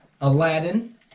Aladdin